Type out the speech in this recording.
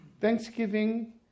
Thanksgiving